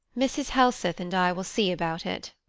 mrs. helseth and i will see about it.